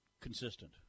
consistent